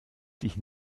sich